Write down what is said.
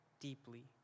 deeply